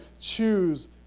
choose